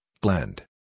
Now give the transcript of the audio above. blend